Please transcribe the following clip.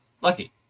Lucky